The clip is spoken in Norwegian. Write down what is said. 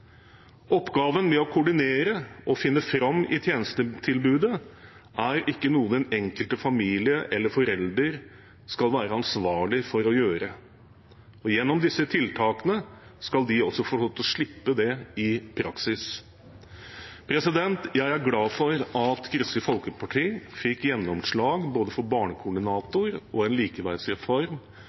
Oppgaven med å koordinere og finne fram i tjenestetilbudet er ikke noe den enkelte familie eller forelder skal være ansvarlig for å gjøre. Gjennom disse tiltakene skal de også få lov til å slippe det i praksis. Jeg er glad for at Kristelig Folkeparti fikk gjennomslag for både barnekoordinator og en likeverdsreform